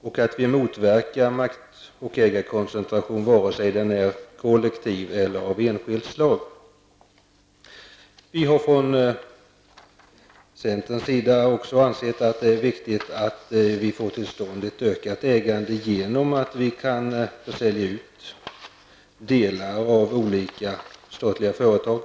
Vi måste motverka makt och ägarkoncentration av både kollektivt och enskild slag. Vi inom centern anser också att det är viktigt att få till stånd ett ökat ägande genom utförsäljning av delar av olika statliga företag.